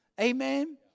Amen